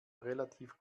relativ